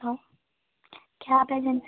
hello cab agency